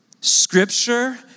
Scripture